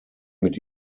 mit